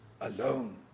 alone